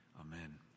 Amen